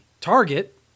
target